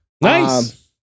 Nice